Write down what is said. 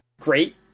great